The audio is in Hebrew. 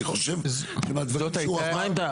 אני חושב שמהדברים שהוא אמר ברור לגמרי ש -- מה העמדה,